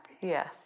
yes